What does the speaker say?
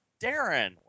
Darren